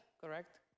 correct